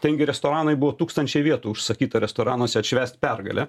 ten gi restoranai buvo tūkstančiai vietų užsakyta restoranuose atšvęst pergalę